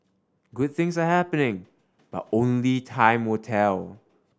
good things are happening but only time will tell